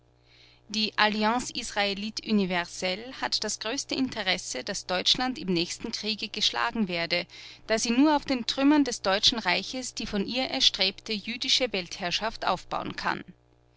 die alliance israelite universelle hat das größte interesse daß deutschland im nächsten kriege geschlagen werde da sie nur auf den trümmern des deutschen reiches die von ihr erstrebte jüdische weltherrschaft aufbauen kann